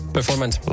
Performance